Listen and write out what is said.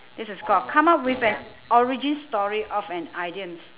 this is called come up with an origin story of an idioms